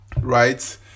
Right